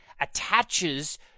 attaches